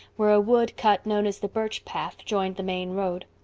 where a wood cut known as the birch path joined the main road.